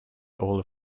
all